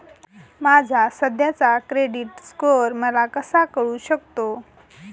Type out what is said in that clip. माझा सध्याचा credit score मला कसा कळू शकतो?